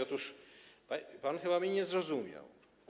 Otóż pan chyba mnie nie zrozumiał.